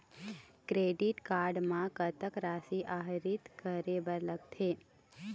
Credit card म कतक राशि आहरित करे बर लगथे?